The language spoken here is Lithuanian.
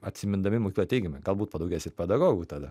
atsimindami mokyklą teigiamai galbūt padaugės ir pedagogų tada